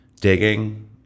digging